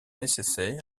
nécessaires